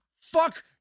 Fuck